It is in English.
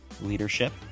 leadership